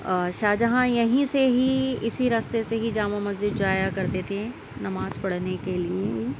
شاہ جہاں یہیں سے ہی اِسی راستے سے ہی جامع مسجد جایا کرتے تھے نماز پڑھنے کے لیے